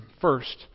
first